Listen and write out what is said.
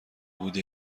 بوده